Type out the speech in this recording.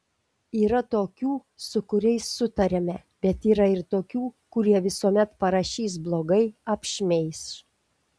yra tokių su kuriais sutariame bet yra ir tokių kurie visuomet parašys blogai apšmeiš